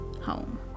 home